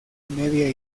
media